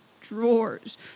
drawers